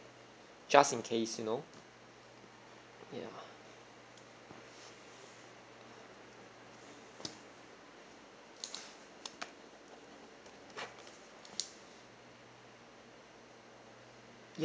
just in case you know yeah